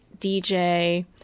DJ